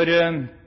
til